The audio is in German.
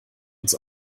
uns